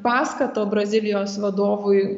paskato brazilijos vadovui